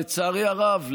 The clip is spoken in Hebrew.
לצערי הרב,